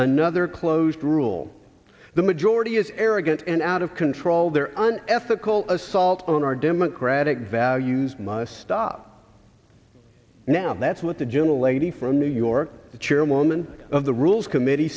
another closed rule the majority is arrogant and out of control there an ethical assault on our democratic values must stop now and that's what the gentle lady from new york the chairwoman of the rules committee